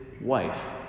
wife